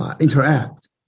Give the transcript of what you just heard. interact